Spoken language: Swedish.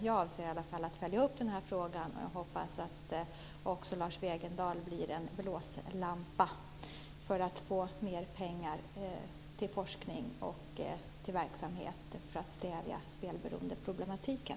Jag avser att följa upp den här frågan och hoppas att också Lars Wegendal ska agera blåslampa när det gäller att utverka pengar till forskning och verksamhet för att stävja spelberoendeproblematiken.